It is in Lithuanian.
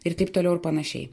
ir taip toliau ir panašiai